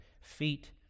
feet